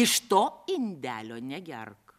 iš to indelio negerk